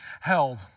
held